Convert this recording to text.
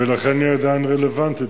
ולכן היא עדיין רלוונטית,